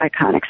iconic